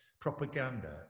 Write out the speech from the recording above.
propaganda